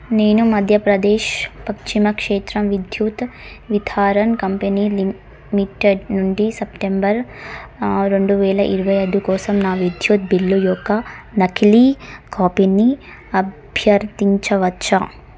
నేను మధ్యప్రదేశ్ పక్చిమ క్షేత్రం విద్యుత్తు విథారన్ కంపెనీ లిమిట్టెడ్ నుండి సెప్టెంబరు రెండువేల ఇరవై ఐదు కోసం నా విద్యుత్తు బిల్లు యొక్క నకిలీ కాపీని అభ్యర్థించవచ్చా